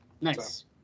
Nice